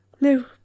No